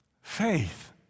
Faith